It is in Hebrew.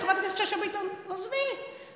מה שהכי צרם לי זה שאתה אומר לחברת הכנסת שאשא ביטון: עזבי,